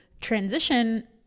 transition